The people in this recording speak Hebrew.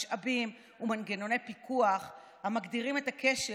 משאבים ומנגנוני פיקוח המגדירים את הקשר